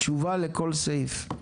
התשובה היא כן.